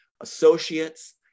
associates